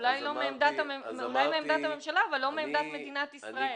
אולי מעמדת הממשלה אבל לא מעמדת מדינת ישראל.